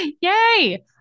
Yay